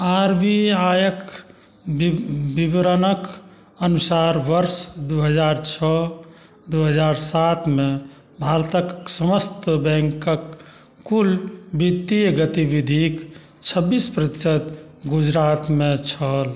R B I के विवरणके अनुसार वर्ष दू हजार छओ दू हजार सातमे भारतके समस्त बैंकके कुल वित्तीय गतिविधिके छब्बीस प्रतिशत गुजरातमे छल